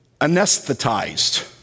anesthetized